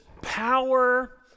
power